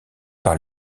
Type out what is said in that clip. par